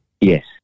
yes